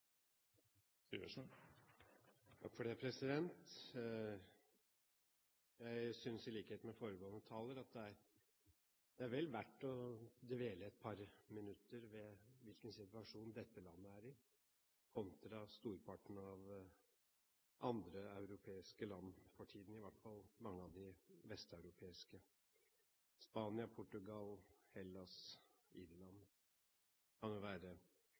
vel verdt å dvele et par minutter ved hvilken situasjon dette landet for tiden er i, kontra storparten av andre europeiske land, i hvert fall mange av de vesteuropeiske. Spania, Portugal, Hellas